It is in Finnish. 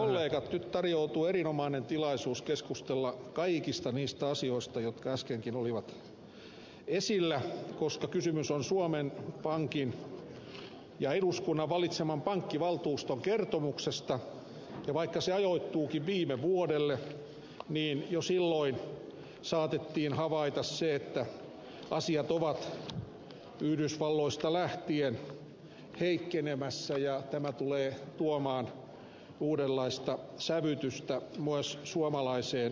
nyt tarjoutuu erinomainen tilaisuus keskustella kaikista niistä asioista jotka äskenkin olivat esillä koska kysymys on suomen pankin ja eduskunnan valitseman pankkivaltuuston kertomuksesta ja vaikka se ajoittuukin viime vuodelle niin jo silloin saatettiin havaita se että asiat ovat yhdysvalloista lähtien heikkenemässä ja tämä tulee tuomaan uudenlaista sävytystä myös suomalaiseen pankkitoimintaan